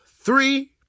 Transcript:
three